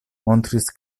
montris